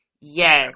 Yes